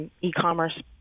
e-commerce